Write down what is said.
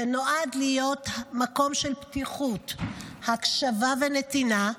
שנועד להיות מקום של פתיחות, הקשבה ונתינה,